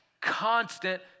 Constant